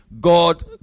God